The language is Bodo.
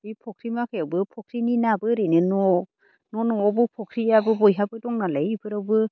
बे फख्रि माखायावबो फख्रिनि नाबो ओरैनो न' न' न'आवबो फख्रियाबो बयहाबो दं नालाय बेफोरावबो